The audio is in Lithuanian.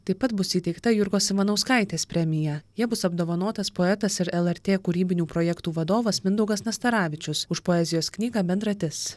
taip pat bus įteikta jurgos ivanauskaitės premija ja bus apdovanotas poetas ir lrt kūrybinių projektų vadovas mindaugas nastaravičius už poezijos knygą bendratis